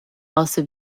also